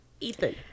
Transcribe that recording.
Ethan